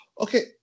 Okay